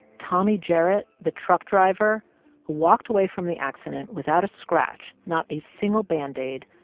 tommy jarrett, the truck driver who walked away from the accident without a scratch, not a single band-aid,